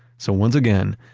so once again,